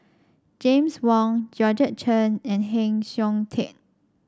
James Wong Georgette Chen and Heng Siok Tian